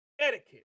etiquette